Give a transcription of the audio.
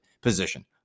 position